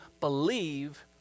believe